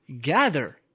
gather